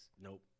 Nope